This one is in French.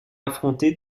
affronter